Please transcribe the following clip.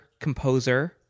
composer